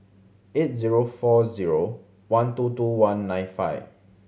eight zero four zero one two two one nine five